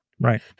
right